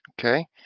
Okay